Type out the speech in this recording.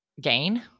gain